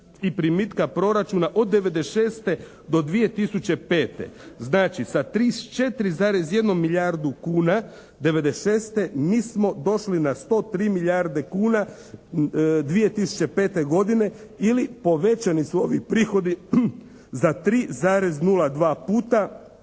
i primitka proračuna od 1996. do 2005. Znači sa 34,1 milijardu kuna 1996. mi smo došli na 103 milijarde kuna 2005. godine ili povećani su ovi prihodi za 3,02 puta